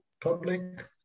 public